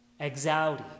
Exaudi